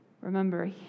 Remember